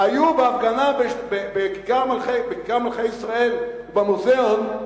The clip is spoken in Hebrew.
היו בהפגנה בכיכר מלכי-ישראל, במוזיאון,